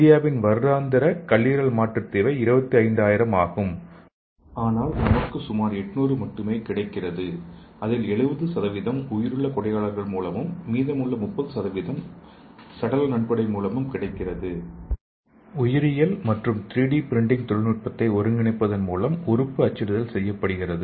இந்தியாவின் வருடாந்திர கல்லீரல் மாற்றுத் தேவை 25000 ஆகும் ஆனால் நமக்கு சுமார் 800 மட்டுமே கிடைக்கிறது அதில் 70 உயிருள்ள கொடையாளர்கள் மூலமும் மீதமுள்ள 30 சடல நன்கொடை மூலமும் கிடைக்கிறது உயிரியல் மற்றும் 3 டி பிரிண்டிங் தொழில்நுட்பத்தை ஒருங்கிணைப்பதன் மூலம் உறுப்பு அச்சிடுதல் செய்யப்படுகிறது